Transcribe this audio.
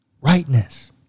rightness